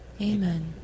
amen